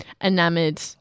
enamored